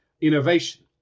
innovation